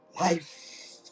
life